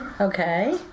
Okay